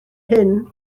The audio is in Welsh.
hŷn